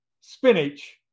spinach